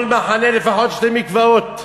כל מחנה לפחות שני מקוואות.